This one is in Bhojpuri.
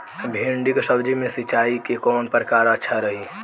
भिंडी के सब्जी मे सिचाई के कौन प्रकार अच्छा रही?